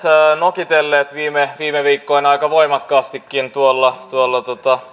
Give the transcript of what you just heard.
nokitelleet viime viime viikkoina aika voimakkaastikin tuolla tuolla